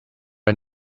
are